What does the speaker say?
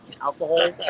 alcohol